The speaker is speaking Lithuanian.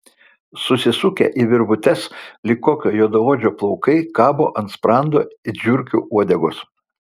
susisukę į virvutes lyg kokio juodaodžio plaukai kabo ant sprando it žiurkių uodegos